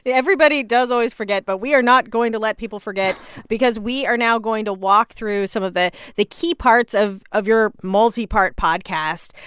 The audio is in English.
everybody does always forget. but we are not going to let people forget because we are now going to walk through some of the the key parts of of your multipart podcast.